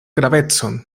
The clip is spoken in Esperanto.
gravecon